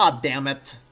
ah dammit!